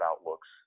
outlooks